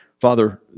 Father